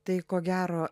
tai ko gero